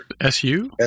SU